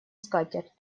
скатерть